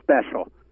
special